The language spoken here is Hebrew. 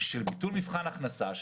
של ביטול מבחן הכנסה.